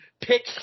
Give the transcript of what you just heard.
Pick